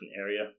area